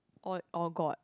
or or god